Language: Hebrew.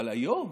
אבל היום